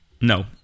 No